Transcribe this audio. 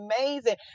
amazing